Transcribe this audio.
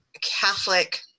Catholic